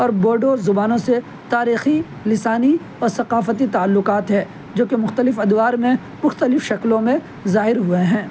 اور بوڈو زبانوں سے تاریخی لسانی اور ثقافتی تعلقات ہے جو کہ مختلف ادوار میں مختلف شکلوں میں ظاہر ہوئے ہیں